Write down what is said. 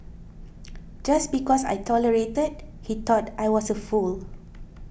just because I tolerated he thought I was a fool